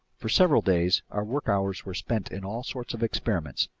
for several days our work hours were spent in all sorts of experiments,